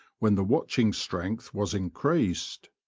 when the watching strength was increased.